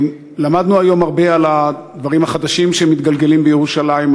למדנו היום הרבה על הדברים החדשים שמתגלגלים בירושלים,